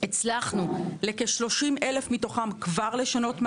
כבר לשנות מעמד לכ-30,000 מתוכם.